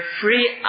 free